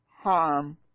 harm